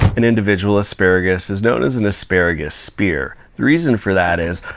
an individual asparagus is known as an asparagus spear. the reason for that is